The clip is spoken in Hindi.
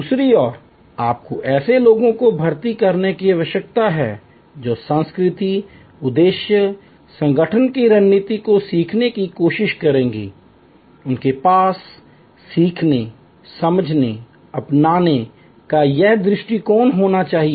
दूसरी ओर आपको ऐसे लोगों को भर्ती करने की आवश्यकता है जो संस्कृति उद्देश्य संगठन की रणनीति को सीखने की कोशिश करेंगे उनके पास सीखने समझने अपनाने का यह दृष्टिकोण होना चाहिए